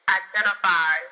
identify